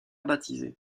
baptisé